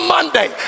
Monday